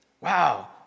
wow